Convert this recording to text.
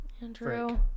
andrew